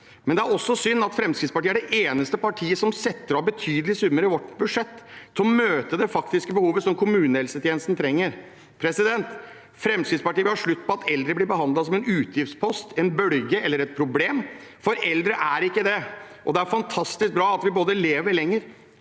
Det er også synd at Fremskrittspartiet er det eneste partiet som setter av betydelige summer i sitt budsjett til å møte det faktiske behovet i kommunehelsetjenesten. Fremskrittspartiet vil ha slutt på at eldre blir behandlet som en utgiftspost, en bølge eller et problem, for eldre er ikke det. Det er fantastisk bra at vi både lever lenger